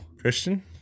Christian